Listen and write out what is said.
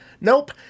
Nope